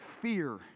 fear